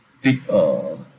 big uh